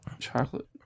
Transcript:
chocolate